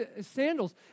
sandals